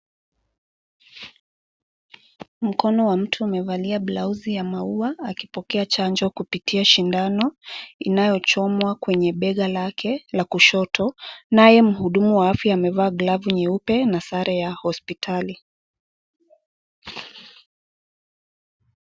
Mkono wa mtu umevalia blauzi ya maua akipokea chanjo kupitia shindano inayochomwa kwenye bega lake la kushoto, naye mhudumu wa afya amevaa glavu nyeupe na sare ya hospitali.